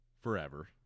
forever